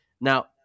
Now